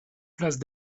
place